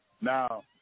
Now